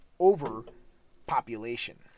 overpopulation